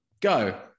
go